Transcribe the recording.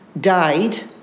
died